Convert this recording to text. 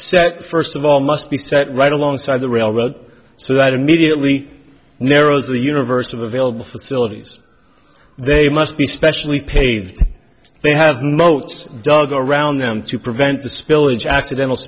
set first of all must be set right alongside the railroad so that immediately narrows the universe of available facilities they must be specially paved they have notes dug around them to prevent